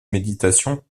méditation